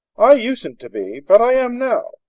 i usen't to be, but i am now.